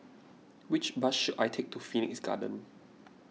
which bus should I take to Phoenix Garden